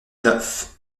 neuf